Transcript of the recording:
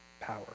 power